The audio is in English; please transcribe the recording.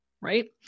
right